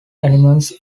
animals